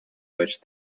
which